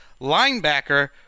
Linebacker